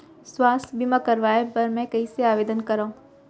स्वास्थ्य बीमा करवाय बर मैं कइसे आवेदन करव?